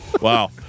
Wow